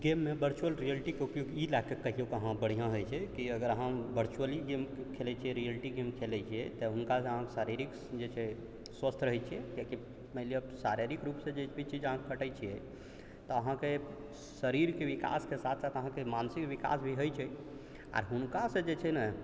गेममे वर्चुअल रियलिटीके उपयोग ई लए कऽ कहियौ अहाँ बढ़िआँ होइ छै की अहाँ अगर वर्चूअली गेम खेलै छियै रियलिटी गेम खेलै छियै तऽ हुनकासँ अहाँके शारीरिक जे छै स्वस्थ रहै छियै किएक कि मानि लिअ शारीरिक रूपसँ जे भी चीज अहाँ खटै छियै तऽ अहाँके शरीरके विकासके साथ साथ अहाँके मानसिक विकास भी होइ छै आओर हुनकासँ जे छै ने